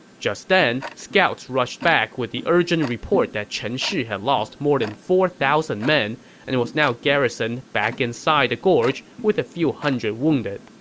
just then, scouts rushed in with the urgent report that chen shi had lost more than four thousand men and was now garrisoned back inside the gorge with a few hundred wounded.